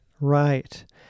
right